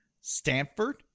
Stanford